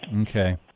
Okay